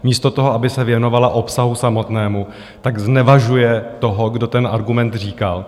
Místo toho, aby se věnovala obsahu samotnému, znevažuje toho, kdo ten argument říkal.